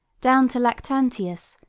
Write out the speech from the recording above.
down to lactantius,